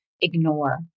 ignore